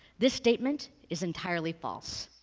this statement is entirely false.